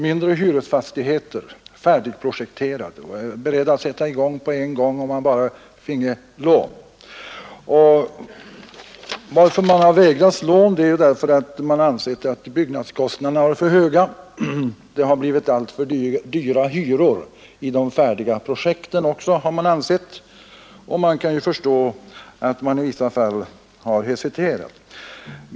Mindre hyresfastigheter finns färdigprojekterade, och man är beredd att sätta i gång omedelbart om man bara får lån. Sådana har vägrats på grund av att byggkostnaderna ansetts för höga — det skulle bli alltför höga hyror. Jag kan förstå att myndigheterna har hesiterat.